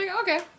okay